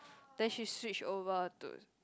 then she switched over to